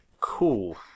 cool